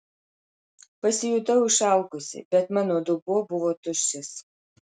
pasijutau išalkusi bet mano dubuo buvo tuščias